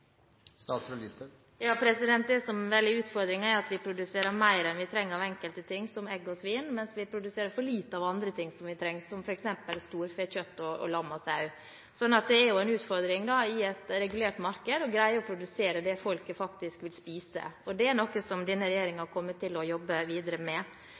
er vel at vi produserer mer enn vi trenger av enkelte ting, som egg og svin, mens vi produserer for lite av andre ting vi trenger, som f.eks. storfekjøtt, lam og sau. I et regulert marked er det en utfordring å greie å produsere det folket faktisk vil spise. Det er noe som denne regjeringen kommer til å jobbe videre med.